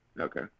Okay